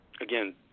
again